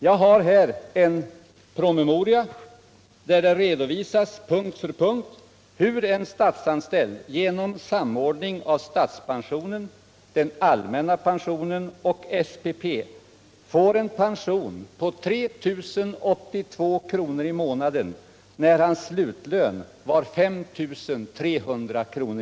Jag har här en promemoria där det punkt för punkt redovisas hur en statsanställd genom samordning av statspensionen, den allmänna pensionen och SPP får en pension på 3 082 kr. i månaden, när hans slutlön är 5 300 kr.